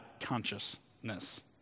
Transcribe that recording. consciousness